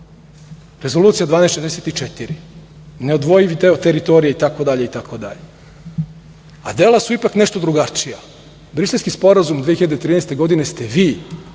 Rezolucija 1244, neodvojivi deo teritorije, itd, itd. Ali, dela su ipak nešto drugačija. Briselski sporazum 2013. godine ste vi